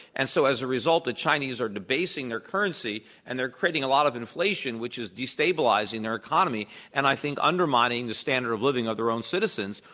and so, as a result, the chinese are debasing their currency and they're creating a lot of inflation, which is destabilizing their economy and, i think, undermining the standard of living of their own citizens,